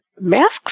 masks